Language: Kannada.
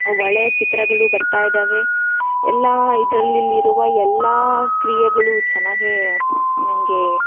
ಒಳ್ಳೆಯ ಚಿತ್ರಗಳು ಬರ್ತಾ ಇದ್ದಾವೆ ಎಲ್ಲ ಇದ್ರಲ್ಲಿರುವ ಎಲ್ಲ ಕ್ರಿಯೆಗಳು ಚೆನ್ನಾಗೇ ನನಗೆ